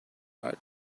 verdi